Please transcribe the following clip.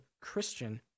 Christian